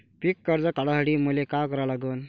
पिक कर्ज काढासाठी मले का करा लागन?